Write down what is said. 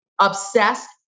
Obsessed